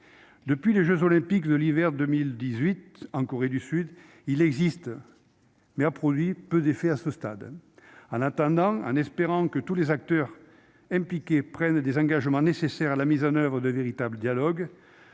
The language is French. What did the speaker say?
Depuis les jeux Olympiques d'hiver de 2018 en Corée du Sud, ce dialogue existe, mais il a produit peu d'effets à ce stade. Pour l'heure, en espérant que tous les acteurs impliqués prennent les engagements nécessaires à la mise en oeuvre d'un véritable dialogue,